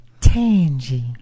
Tangy